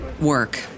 work